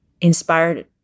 inspired